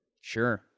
Sure